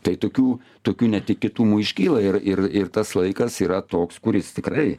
tai tokių tokių netikėtumų iškyla ir ir ir tas laikas yra toks kuris tikrai